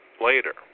later